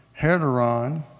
heteron